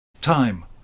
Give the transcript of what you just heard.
Time